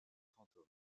fantôme